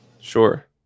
Sure